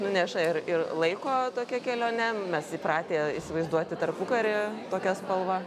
nuneša ir ir laiko tokia kelione mes įpratę įsivaizduoti tarpukarį tokia spalva